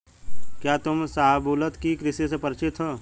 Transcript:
क्या तुम शाहबलूत की कृषि से परिचित हो?